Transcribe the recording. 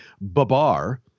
Babar